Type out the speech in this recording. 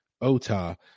Ota